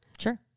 sure